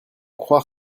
croire